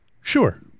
Sure